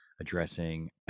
addressing